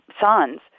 sons